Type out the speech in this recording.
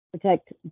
protect